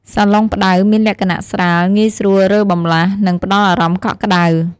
សាឡុងផ្តៅមានលក្ខណៈស្រាល ងាយស្រួលរើបម្លាស់ និងផ្តល់អារម្មណ៍កក់ក្តៅ។